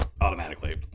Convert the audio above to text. automatically